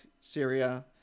Syria